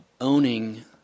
owning